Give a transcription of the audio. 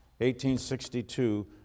1862